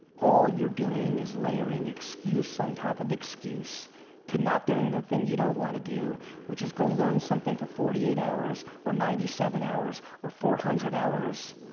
all you're doing is layering excuse on top of excuse to not doing the thing you don't wanna do which is go learn something for forty eight hours or ninety seven hours or four hundred hours,